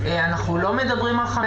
אנחנו קודם כול רוצים חיים,